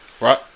right